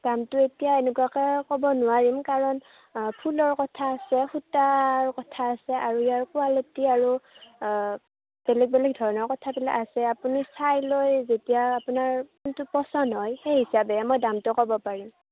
দামটো এতিয়া এনেকুৱাকৈ ক'ব নোৱাৰিম কাৰণ ফুলৰ কথা আছে সূতাৰ কথা আছে আৰু ইয়াৰ কুৱালিটি আৰু বেলেগ বেলেগ ধৰণৰ কথাবিলাক আছে আপুনি চাই লৈ যেতিয়া আপোনাৰ যোনটো পচন্দ হয় সেই হিচাপে মই দামটো ক'ব পাৰিম